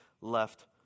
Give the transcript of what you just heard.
left